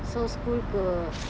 so school girl